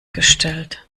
gestellt